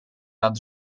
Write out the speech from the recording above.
nad